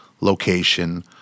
location